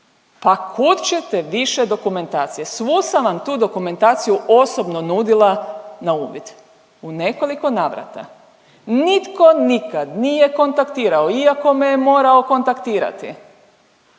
Pa kud ćete više dokumentacije, svu sam vam tu dokumentaciju osobno nudila na uvid. U nekoliko navrata. Nitko nikad nije kontaktirao iako me je morao kontaktirati